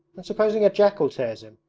and supposing a jackal tears him?